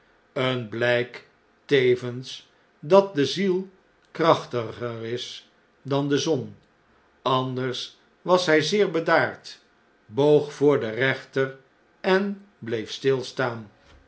een bljjk tevens dat de ziel krachtiger is dan de zon anders was hy zeer bedaard boog voor den rechter en bleef stilstaan